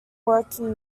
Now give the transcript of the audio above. working